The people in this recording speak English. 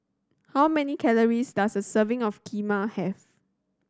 how many calories does a serving of Kheema have